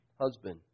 husband